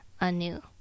anew